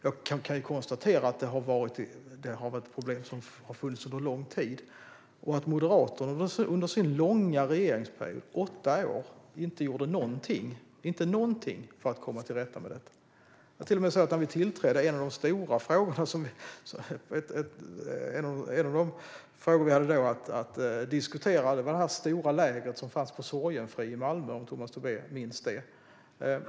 Jag kan konstatera att det är ett problem som har funnits under lång tid och att Moderaterna under sin långa regeringsperiod - åtta år - inte gjorde någonting för att komma till rätta med det. Det var till och med så att när vi tillträdde var en av de stora frågorna som vi hade att diskutera det stora lägret i Sorgenfri i Malmö, om Tomas Tobé minns det.